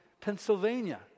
Pennsylvania